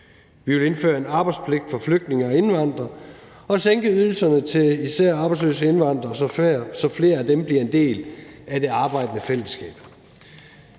vi vil indføre en arbejdspligt for flygtninge og indvandrere og sænke ydelserne til især arbejdsløse indvandrere, så flere af dem bliver en del af det arbejdende fællesskab.